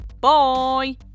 bye